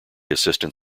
assistant